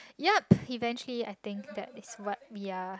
yup eventually I think that is what ya